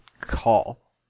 call